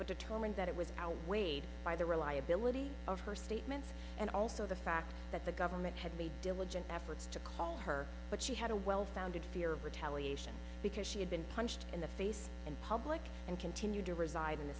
but determined that it was outweighed by the reliability of her statements and also the fact that the government had made diligent efforts to call her but she had a well founded fear of retaliation because she had been punched in the face in public and continued to reside in the